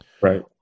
Right